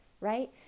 right